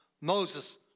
Moses